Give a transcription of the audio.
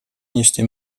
niște